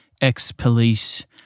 ex-police